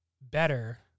better